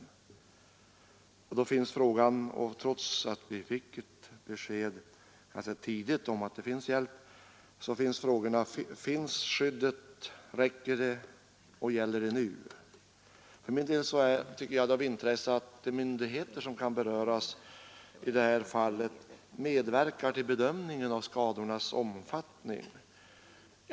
Trots att vi på ett tidigt stadium fick besked om att det kunde lämnas hjälp, så uppkommer frågorna: Finns skyddet, räcker det och gäller det nu? Det är av intresse att de myndigheter som kan beröras i detta fall medverkar till bedömningen av skadornas omfattning.